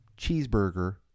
cheeseburger